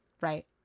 Right